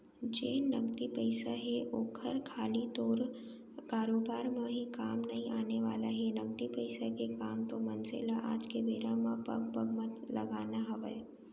जेन नगदी पइसा हे ओहर खाली तोर कारोबार म ही काम नइ आने वाला हे, नगदी पइसा के काम तो मनसे ल आज के बेरा म पग पग म लगना हवय